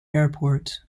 airport